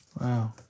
Wow